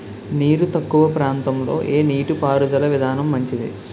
నీరు తక్కువ ప్రాంతంలో ఏ నీటిపారుదల విధానం మంచిది?